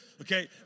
Okay